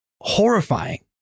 horrifying